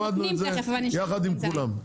למדנו יחד עם כולם.